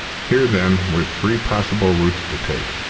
here, then, were three possible routes to take,